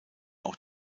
auch